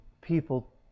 people